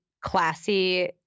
classy